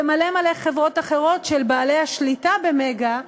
במלא-מלא חברות אחרות של בעלי השליטה ב"מגה".